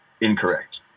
incorrect